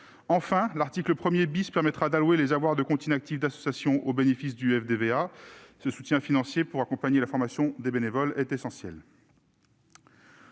Enfin, l'article 1 permettra d'allouer les avoirs des comptes inactifs des associations au FDVA. Ce soutien financier pour accompagner la formation des bénévoles est essentiel.